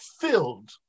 filled